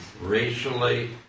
racially